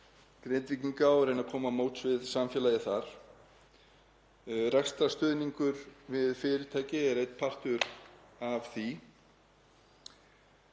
Grindvíkinga og reyna að koma til móts við samfélagið þar. Rekstrarstuðningur við fyrirtæki er einn partur af því